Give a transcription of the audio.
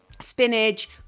Spinach